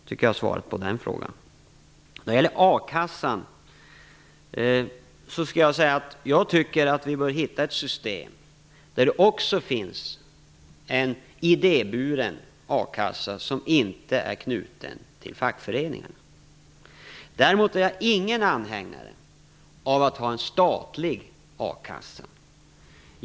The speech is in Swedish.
Det är mitt svar på frågan. När det gäller a-kassan vill jag säga att jag tycker att vi bör finna ett system där det även finns en idéburen a-kassa som inte är knuten till fackföreningarna. Jag tycker däremot inte att vi skall ha en statlig akassa.